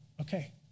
Okay